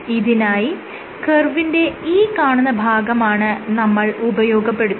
ഇതിനായി കർവിന്റെ ഈ കാണുന്ന ഭാഗമാണ് നമ്മൾ ഉപയോഗപ്പെടുത്തുന്നത്